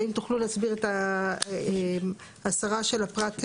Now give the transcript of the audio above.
האם תוכלו להסביר את ההסרה של הפרט,